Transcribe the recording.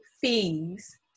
fees